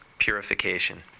Purification